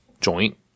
joint